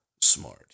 smart